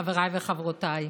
חבריי וחברותיי,